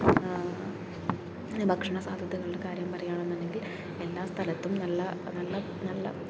ഭക്ഷണ സാധ്യതകളുടെ കാര്യം പറയുകയാണെന്നുണ്ടെങ്കിൽ എല്ലാ സ്ഥലത്തും നല്ല നല്ല നല്ല